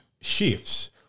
shifts